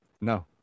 no